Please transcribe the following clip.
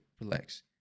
relax